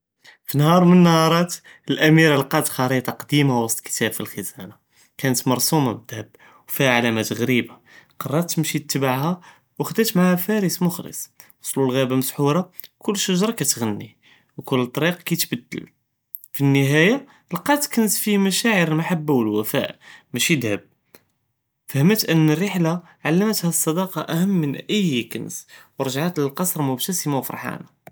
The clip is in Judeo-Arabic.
פי נהאר מן אלנהאראת אלאמירה לאקת חריטה קדימה ווסט כתאב פי אלח'זאנה, קנת מרסומה בלהזהב, ופיהא עלמות ג'ריבה, קררת תמשי תתבעהא, ו ח'דאת מעאיה פארס מחלס, ווסלו לג'אבה מסחורא, קול שג'רה קתג'ני, וקול אלטריק קיתבדל, פי אלנהאיה לאקת כנז פי משאעיר אלמחבה ואלוופא מאשי זהב, פהמאת אן אלריחלה עלמתה אססדאקה אחשם מן איי כנז, ורג'עת ללקסר מבתסמה ופרחאנה.